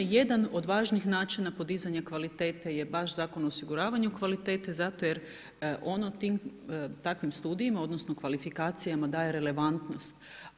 Jedan od važnih načina podizanja kvalitete je baš Zakon o osiguravanju kvalitete zato jer ono tim takvim studijima odnosno, kvalifikacijama daje relevantnost.